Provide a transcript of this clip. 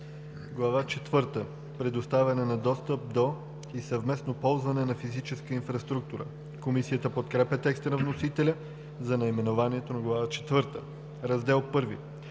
четвърта – Предоставяне на достъп до и съвместно ползване на физическа инфраструктура“. Комисията подкрепя текста на вносителя за наименованието на Глава четвърта.